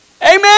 Amen